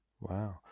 Wow